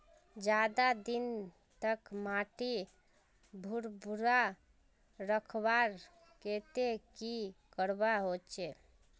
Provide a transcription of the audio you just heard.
ज्यादा दिन तक माटी भुर्भुरा रखवार केते की करवा होचए?